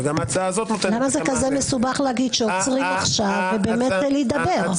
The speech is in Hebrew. למה כל כך מסובך להגיד שעוצרים עכשיו כדי באמת להידבר?